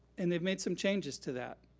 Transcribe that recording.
and they've made some changes to that.